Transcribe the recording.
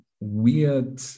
weird